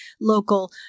local